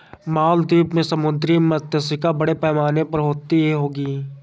मालदीव में समुद्री मात्स्यिकी बड़े पैमाने पर होती होगी